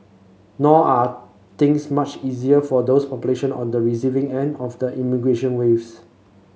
nor are things much easier for those population on the receiving end of the immigration waves